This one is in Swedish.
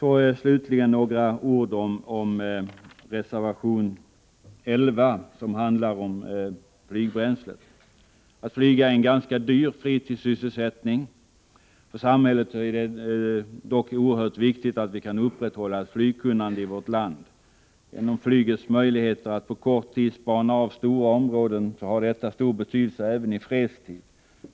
Slutligen några ord om reservation 11, som handlar om flygbränsle. Att flyga är en ganska dyr fritidssysselsättning. För landet är det dock oerhört viktigt att det upprätthålls ett flygkunnande. Flyget har möjligheter att på kort tid spana av stora områden, vilket har betydelse även i fredstid.